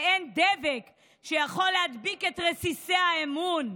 ואין דבק שיכול להדביק את רסיסי האמון.